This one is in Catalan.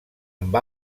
amb